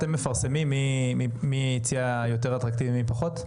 אתם מפרסמים מי הציע יותר אטרקטיבי, מי פחות?